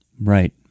Right